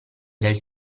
del